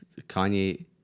Kanye